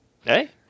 Hey